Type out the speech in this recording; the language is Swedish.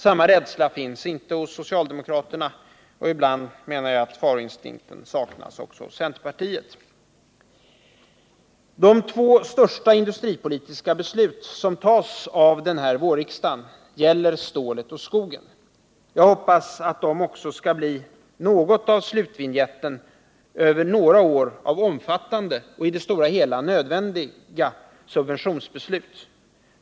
Samma rädsla finns inte hos socialdemokraterna, och ibland, menar jag, saknas faroinstinkten också hos centerpartiet. De två stora industripolitiska beslut som tas av den här vårriksdagen gäller stålet och skogen. Jag hoppas att de också skall bli något av slutvinjetten på några år av omfattande och i det stora hela nödvändiga subventionsbeslut.